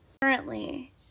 Currently